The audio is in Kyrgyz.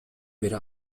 бере